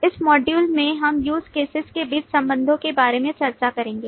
इस मॉड्यूल में हम use cases के बीच संबंधों के बारे में चर्चा करेंगे